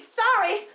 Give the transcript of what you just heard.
sorry